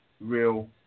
real